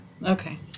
Okay